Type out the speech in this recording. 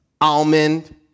almond